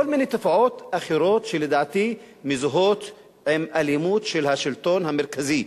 כל מיני תופעות אחרות שלדעתי מזוהות עם אלימות של השלטון המרכזי,